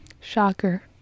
Shocker